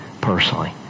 personally